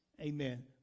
Amen